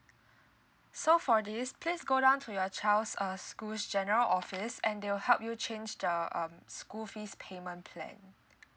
so for this please go down to your child's uh school's general office and they will help you change the um school fees payment plan